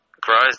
grows